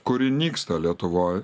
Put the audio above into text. kuri nyksta lietuvoj